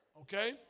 okay